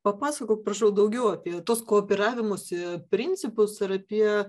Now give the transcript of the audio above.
papasakok prašau daugiau apie tuos kooperavimosi principus ir apie